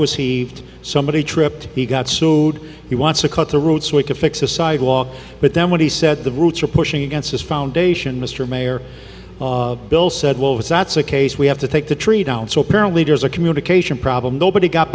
he somebody tripped he got sued he wants to cut the road so we can fix the sidewalk but then when he said the roots are pushing against this foundation mr mayor bill said well if that's the case we have to take the tree down so apparently there's a communication problem nobody got